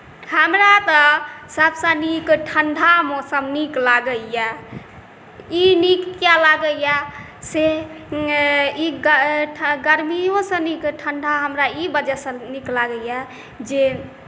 हमरा तऽ सबसँ नीक ठण्डा मौसम नीक लागैए ई नीक किएक लागैए से ई गरमिओसँ नीक ठण्डा हमरा ई वजहसँ नीक लागैए जे